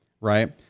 Right